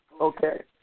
Okay